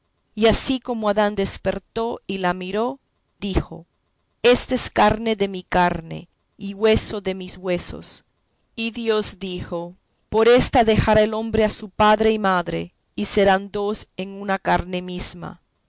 y así como adán despertó y la miró dijo ésta es carne de mi carne y hueso de mis huesos y dios dijo por ésta dejará el hombre a su padre y madre y serán dos en una carne misma